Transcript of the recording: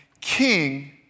King